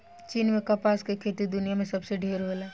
चीन में कपास के खेती दुनिया में सबसे ढेर होला